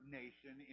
nation